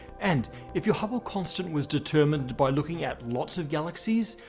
and if your hubble constant was determined by looking at lots of galaxies,